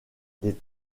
des